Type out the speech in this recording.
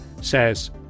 says